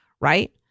right